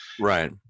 Right